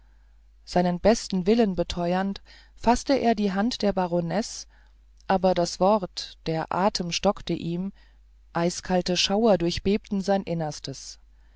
seinen besten willen beteuernd faßte er die hand der baronesse aber das wort der atem stockte ihm eiskalte schauer durchbebten sein innerstes